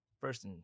First